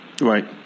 Right